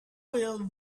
will